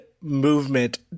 movement